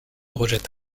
rejette